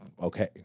okay